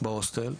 בהוסטל.